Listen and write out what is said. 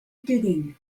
digging